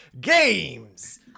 Games